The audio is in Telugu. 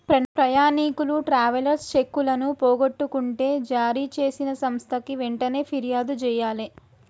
ప్రయాణీకులు ట్రావెలర్స్ చెక్కులను పోగొట్టుకుంటే జారీచేసిన సంస్థకి వెంటనే పిర్యాదు జెయ్యాలే